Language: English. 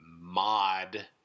mod